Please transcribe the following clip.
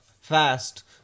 fast